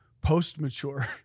post-mature